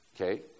Okay